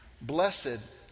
blessed